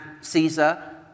Caesar